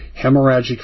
hemorrhagic